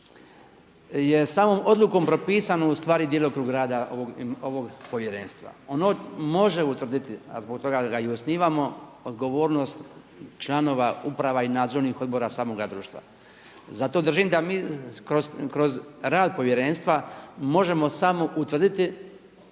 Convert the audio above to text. je samom odlukom propisano ustvari djelokrug rada ovog povjerenstva. Ono može utvrditi, a zbog toga ga i osnivamo odgovornost članova uprava i nadzornih odbora samoga društva. Zato držim da mi kroz rad povjerenstva možemo samo utvrditi